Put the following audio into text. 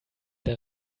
der